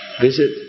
visit